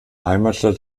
heimatstadt